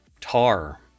tar